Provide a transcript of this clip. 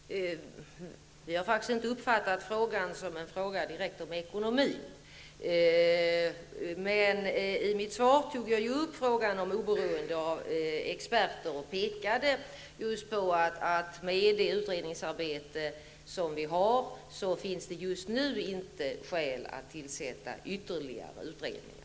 Herr talman! Jag har faktiskt inte uppfattat frågan som en fråga direkt om ekonomin. I mitt svar tog jag upp frågan om oberoende experter och påpekade att med tanke på det utredningsarbete som vi har finns det just nu inte skäl att tillsätta ytterligare utredningar.